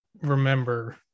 remember